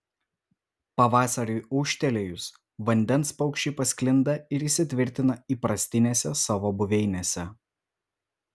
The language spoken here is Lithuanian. pavasariui ūžtelėjus vandens paukščiai pasklinda ir įsitvirtina įprastinėse savo buveinėse